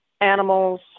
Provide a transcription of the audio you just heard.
animals